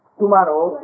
tomorrow